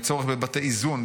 יש צורך בבתי איזון,